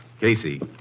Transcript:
Casey